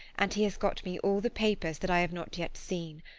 and he has got me all the papers that i have not yet seen.